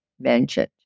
mentioned